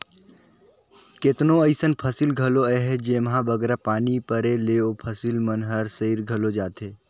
केतनो अइसन फसिल घलो अहें जेम्हां बगरा पानी परे ले ओ फसिल मन हर सइर घलो जाथे